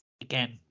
again